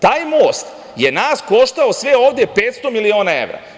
Taj most je nas koštao, sve ovde, 500 miliona evra.